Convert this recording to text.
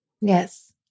Yes